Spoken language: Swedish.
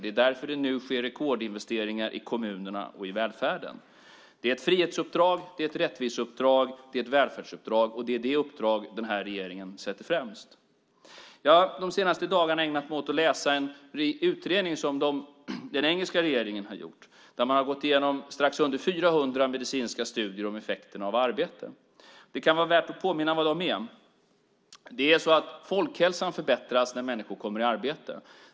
Det är därför det nu sker rekordinvesteringar i kommunerna och i välfärden. Det är ett frihetsuppdrag, ett rättviseuppdrag och ett välfärdsuppdrag. Det är de uppdrag den här regeringen sätter främst. Jag har de senaste dagarna ägnat mig åt att läsa en utredning som den engelska regeringen har gjort, där man har gått igenom strax under 400 medicinska studier om effekterna av arbete. Det kan vara värt att påminna om dem igen. Folkhälsan förbättras när människor kommer i arbete.